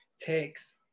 takes